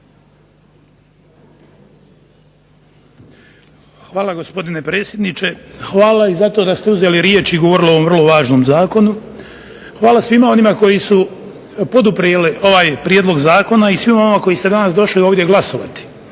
Hvala gospodine predsjedniče. Hvala i za to da ste uzeli riječ i govorili o ovom vrlo važnom zakonu. Hvala svima onima koji su poduprli ovaj prijedlog zakona i svima vama koji ste danas došli ovdje glasovati.